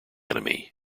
enemy